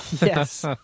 yes